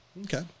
Okay